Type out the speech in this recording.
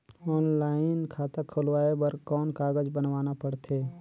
Online खाता खुलवाय बर कौन कागज बनवाना पड़थे?